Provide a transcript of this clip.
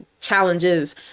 challenges